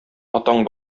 атаң